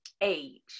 age